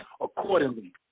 accordingly